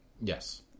Yes